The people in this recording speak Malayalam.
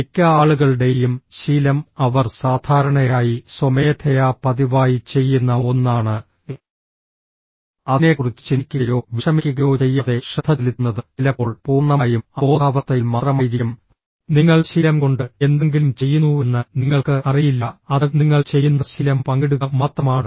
മിക്ക ആളുകളുടെയും ശീലം അവർ സാധാരണയായി സ്വമേധയാ പതിവായി ചെയ്യുന്ന ഒന്നാണ് അതിനെക്കുറിച്ച് ചിന്തിക്കുകയോ വിഷമിക്കുകയോ ചെയ്യാതെ ശ്രദ്ധ ചെലുത്തുന്നത് ചിലപ്പോൾ പൂർണ്ണമായും അബോധാവസ്ഥയിൽ മാത്രമായിരിക്കും നിങ്ങൾ ശീലംകൊണ്ട് എന്തെങ്കിലും ചെയ്യുന്നുവെന്ന് നിങ്ങൾക്ക് അറിയില്ല അത് നിങ്ങൾ ചെയ്യുന്ന ശീലം പങ്കിടുക മാത്രമാണ്